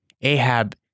Ahab